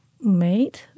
made